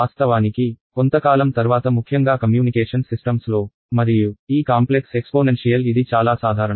వాస్తవానికి కొంతకాలం తర్వాత ముఖ్యంగా కమ్యూనికేషన్ సిస్టమ్స్లో మరియు ఈ కాంప్లెక్స్ ఎక్స్పోనెన్షియల్ ఇది చాలా సాధారణం